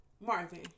Marvin